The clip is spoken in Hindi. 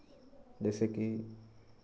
जैसेकि